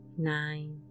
Nine